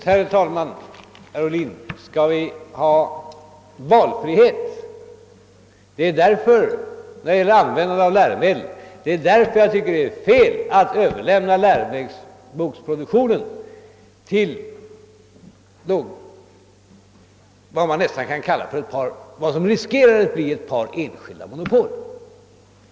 Herr talman! Visst skall vi, herr Ohlin, ha valfrihet vid användandet av läromedel. Det är ju därför jag tycker det är fel att överlämna läroboksproduktionen till vad som riskerar att bli ett monopol för ett par enskilda företag.